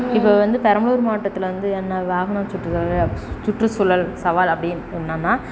இப்போ வந்து பெரம்பலூர் மாவட்டத்தில் வந்து என்ன வாகன சுற்று சுற்றுச்சூழல் சவால் அப்படின்னு என்னென்னால்